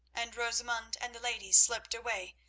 and rosamund and the ladies slipped away,